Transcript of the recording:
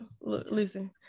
Listen